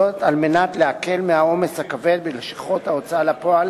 כדי להקל מהעומס הכבד בלשכות ההוצאה לפועל